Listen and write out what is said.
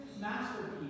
masterpiece